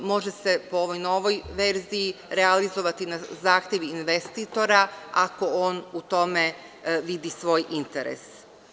Može se, po ovoj novoj verziji, realizovati na zahtev investitora, ako on u tome vidi svoj interes.